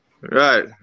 Right